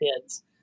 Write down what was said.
kids